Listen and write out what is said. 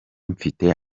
mfite